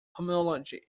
homology